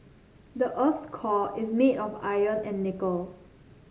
the earth's core is made of iron and nickel